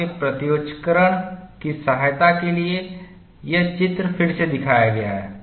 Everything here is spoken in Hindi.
आपके प्रत्योक्षकरण की सहायता के लिए यह चित्र फिर से दिखाया गया है